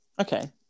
Okay